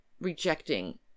rejecting